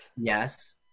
Yes